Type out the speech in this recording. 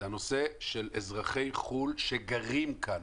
הנושא של אזרחי חו"ל שגרים כאן.